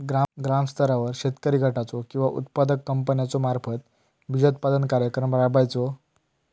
ग्रामस्तरावर शेतकरी गटाचो किंवा उत्पादक कंपन्याचो मार्फत बिजोत्पादन कार्यक्रम राबायचो?